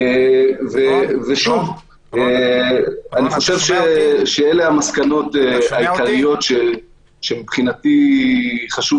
אני חושב שאלה המסקנות העיקריות שמבחינתי חשוב